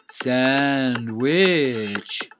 Sandwich